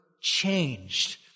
changed